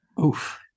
Oof